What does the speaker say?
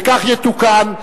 וכך יתוקן,